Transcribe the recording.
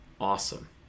Awesome